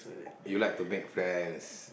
you like to make friends